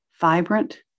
vibrant